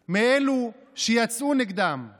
והזדעזעו ממה שעברה חברת הכנסת עידית סילמן אתמול בוועדה